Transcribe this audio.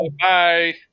Bye